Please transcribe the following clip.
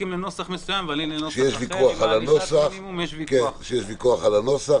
שיש ויכוח על הנוסח.